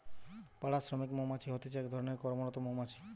পাড়া শ্রমিক মৌমাছি হতিছে এক ধরণের কর্মরত মৌমাছি